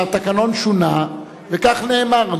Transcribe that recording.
התקנון שונה, וכך נאמר.